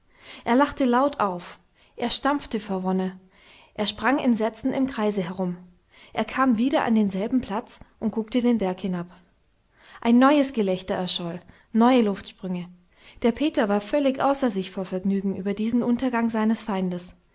er lachte laut auf er stampfte vor wonne er sprang in sätzen im kreise herum er kam wieder an denselben platz und guckte den berg hinab ein neues gelächter erscholl neue luftsprünge der peter war völlig außer sich vor vergnügen über diesen untergang seines feindes